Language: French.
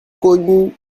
connu